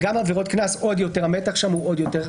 גם עבירות קנס, המתח שם הוא עוד יותר.